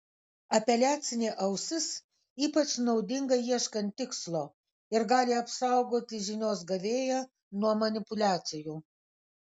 apeliacinė ausis ypač naudinga ieškant tikslo ir gali apsaugoti žinios gavėją nuo manipuliacijų